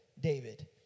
David